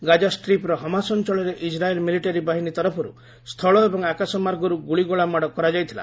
Gaza strip ର Hamas ଅଞ୍ଚଳରେ Israel military ବାହିନୀ ତରଫରୁ ସ୍ଥଳ ଏବଂ ଆକାଶ ମାର୍ଗରୁ ଗୁଳିଗୋଳା ମାଡ଼ କରାଯାଇଥିଲା